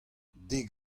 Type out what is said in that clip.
dek